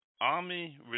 Army